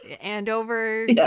Andover